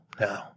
no